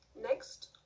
Next